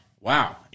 Wow